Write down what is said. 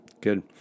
good